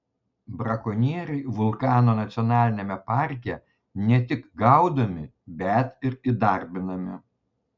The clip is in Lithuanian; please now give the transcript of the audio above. brakonieriai vulkano nacionaliniame parke ne tik gaudomi bet ir įdarbinami